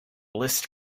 list